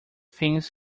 things